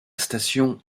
station